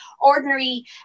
ordinary